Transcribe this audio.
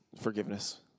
forgiveness